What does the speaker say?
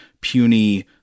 puny